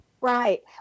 Right